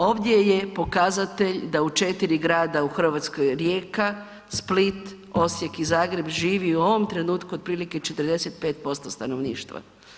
Ovdje je pokazatelj da u četiri grada u Hrvatskoj Rijeka, Split, Osijek i Zagreb živi u ovom trenutku otprilike 45% stanovništva.